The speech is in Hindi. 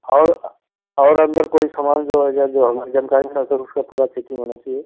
और और अंदर कोई समान जो है जो जो हमारी जानकारी में ना रहे उसका पूरा चेकिंग होना चाहिए